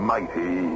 Mighty